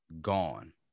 gone